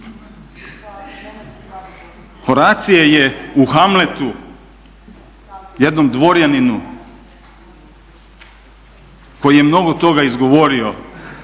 Horacije je u Hamletu jednom dvorjaninu koji je mnogo toga izgovorio,